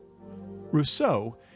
Rousseau